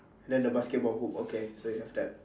then the basketball hoop okay so you have that